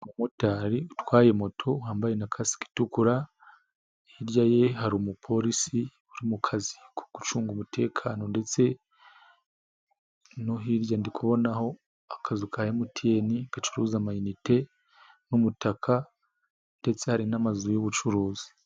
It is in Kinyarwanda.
Umumotari utwaye moto wambaye na kasike itukura, hirya ye hari umupolisi uri mu kazi ko gucunga umutekano ndetse no hirya ndi kubonaho akazu ka Emutiyeni gacuruza amayinite n'umutaka ndetse hari n'amazu y'ubucuruzi.